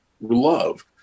love